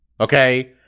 Okay